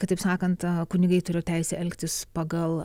kitaip sakant kunigai turi teisę elgtis pagal